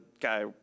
guy